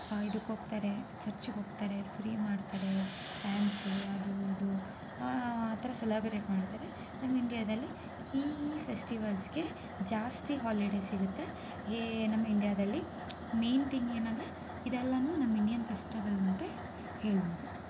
ಇದಕ್ಕೋಗ್ತಾರೆ ಚರ್ಚ್ಗೋಗ್ತಾರೆ ಪ್ರೇ ಮಾಡ್ತಾರೆ ಡಾನ್ಸು ಅದು ಇದು ಆ ಥರ ಸೆಲಬ್ರೆಟ್ ಮಾಡ್ತಾರೆ ನಮ್ಮ ಇಂಡ್ಯಾದಲ್ಲಿ ಈ ಫೆಸ್ಟಿವಲ್ಸ್ಗೆ ಜಾಸ್ತಿ ಹಾಲಿಡೇಸ್ ಸಿಗುತ್ತೆ ಹೇ ನಮ್ಮ ಇಂಡ್ಯಾದಲ್ಲಿ ಮೇನ್ ಥಿಂಗ್ ಏನಂದರೆ ಇದೆಲ್ಲಾ ನಮ್ಮ ಇಂಡಿಯನ್ ಫೆಸ್ಟಿವಲಂತ ಹೇಳ್ಬೌದು